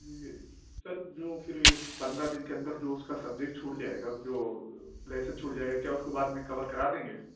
سر جو پھر یہ پندرہ دن کے اندر جو اس کا سبجیکٹ چھوٹ جائے گا جو لیسن چھوٹ جائے گا کیا اس کو بعد میں کور کرا دیں گے